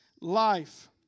life